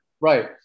right